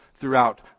throughout